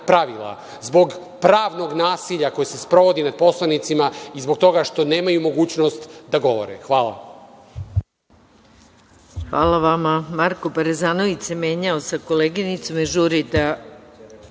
pravila, zbog pravnog nasilja koje se sprovodi nad poslanicima i zbog toga što nemaju mogućnost da govore. **Maja Gojković** Hvala vama. Marko Parezanović se menjao sa koleginicom, jer žuri